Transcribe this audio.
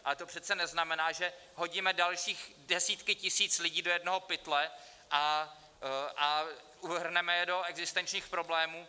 Ale to přece neznamená, že hodíme další desítky tisíc lidí do jednoho pytle a uvrhneme je do existenčních problémů.